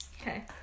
Okay